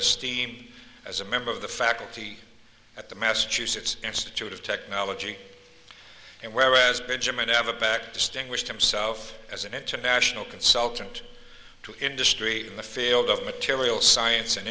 esteem as a member of the faculty at the massachusetts institute of technology and whereas benjamin have a back distinguished himself as an international consultant to industry in the field of material science